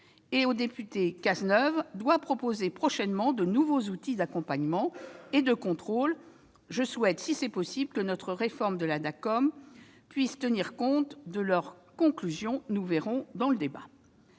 Jean-René Cazeneuve doit proposer prochainement de nouveaux outils d'accompagnement et de contrôle. Je souhaite que, si c'est possible, notre réforme de la Dacom puisse tenir compte de leurs conclusions. Un autre sujet